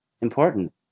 important